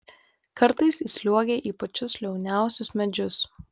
kartais įsliuogia į pačius liauniausius medžius